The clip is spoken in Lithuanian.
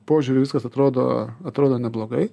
požiūriu viskas atrodo atrodo neblogai